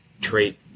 trait